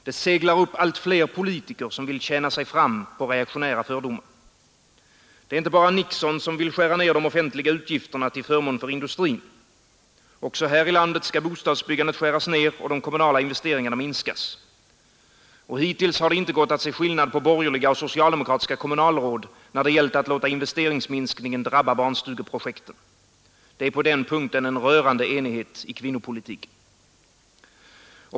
Det seglar upp allt fler politiker som vill tjäna sig fram på reaktionära fördomar. Det är inte bara Nixon som vill skära ner de offentliga utgifterna till förmån för industrin. Också här i landet skall bostadsbyggandet skäras ned och de kommunala investeringarna minskas, Och hittills har det inte gått att se skillnad på borgerliga och socialdemokratiska kommunalråd när det gällt att låta investeringsminskningen drabba barnstugeprojekten. Det råder på den punkten en rörande enighet i kvinnopolitiken.